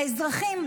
האזרחים,